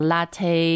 Latte